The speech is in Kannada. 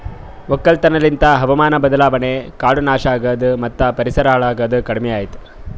ಒಕ್ಕಲತನ ಲಿಂತ್ ಹಾವಾಮಾನ ಬದಲಾವಣೆ, ಕಾಡು ನಾಶ ಆಗದು ಮತ್ತ ಪರಿಸರ ಹಾಳ್ ಆಗದ್ ಕಡಿಮಿಯಾತು